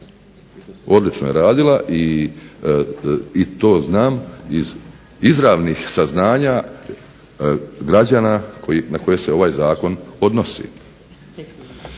odlično radila i to znam iz izravnih saznanja građana na koje se ovaj zakon odnosi.